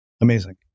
Amazing